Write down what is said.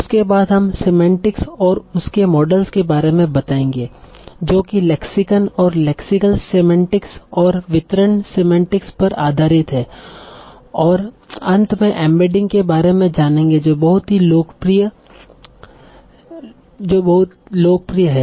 उसके बाद हम सिमेंतिक्स और उसके मॉडल्स के बारे में बताएँगे जो कि लेक्सिकन और लेक्सिकल सिमेंतिक्स और वितरण सिमंटिक पर आधारित हे और अन्त में एम्बेडिंग के बारे में जानेंगे जो बहुत ही बहुत लोकप्रिय हे